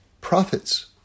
prophets